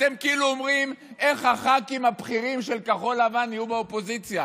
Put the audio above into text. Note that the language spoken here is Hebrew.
אתם כאילו אומרים: איך הח"כים הבכירים של כחול לבן יהיו באופוזיציה.